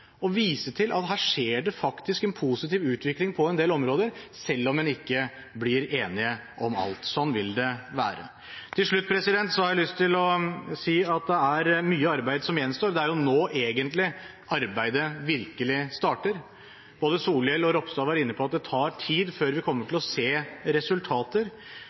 å vise til at her skjer det faktisk en positiv utvikling på en del områder, selv om en ikke blir enig om alt. Sånn vil det være. Til slutt har jeg lyst til å si at det er mye arbeid som gjenstår. Det er jo nå egentlig arbeidet virkelig starter. Både Solhjell og Ropstad var inne på at det tar tid før vi kommer til å se resultater,